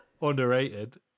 underrated